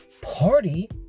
party